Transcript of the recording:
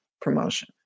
promotion